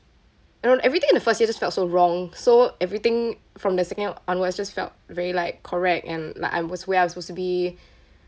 everything in the first year just felt so wrong so everything from the second onwards just felt very like correct and like I'm was where I'm supposed to be